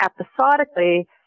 episodically